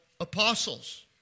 apostles